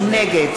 נגד